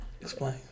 Explain